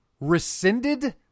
rescinded